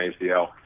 ACL